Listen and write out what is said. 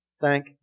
thank